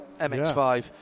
MX5